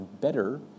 better